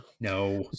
no